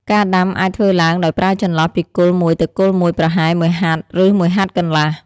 ការដាំអាចធ្វើឡើងដោយប្រើចន្លោះពីគល់មួយទៅគល់មួយប្រហែលមួយហត្ថ ឬមួយហត្ថកន្លះ។